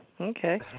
okay